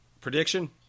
Prediction